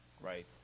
right